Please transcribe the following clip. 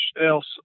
else